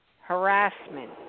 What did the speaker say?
harassment